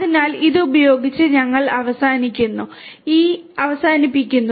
അതിനാൽ ഇതുപയോഗിച്ച് ഞങ്ങൾ അവസാനിക്കുന്നു